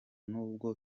nubwo